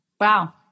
Wow